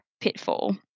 pitfall